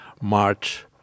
March